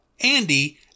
Andy